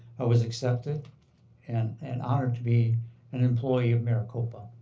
i was accepted and and honored to be an employee of maricopa.